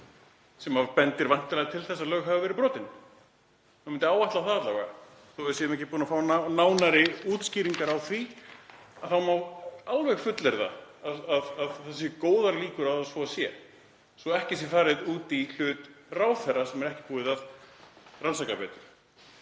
sem bendir væntanlega til þess að lög hafi verið brotin, maður myndi alla vega áætla það. Þó að við séum ekki búin að fá nánari útskýringar á því þá má alveg fullyrða að það séu góðar líkur á að svo sé, svo ekki sé farið út í hlut ráðherra sem er ekki búið að rannsaka betur.